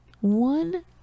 one